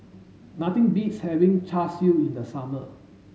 nothing beats having Char Siu in the summer